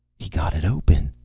he got it open,